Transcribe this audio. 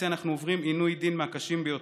אנחנו עוברים עינוי דין מהקשים ביותר.